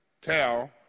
tell